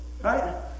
Right